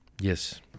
Yes